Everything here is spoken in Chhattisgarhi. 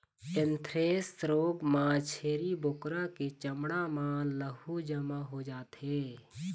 एंथ्रेक्स रोग म छेरी बोकरा के चमड़ा म लहू जमा हो जाथे